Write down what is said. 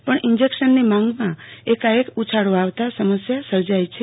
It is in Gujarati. પણ ઈન્જેકશનની માંગની એકાએક ઉછાળો આવતાં સમસ્યા સર્જાઈ છે